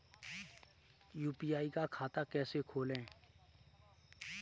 UPI का खाता कैसे खोलें?